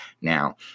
Now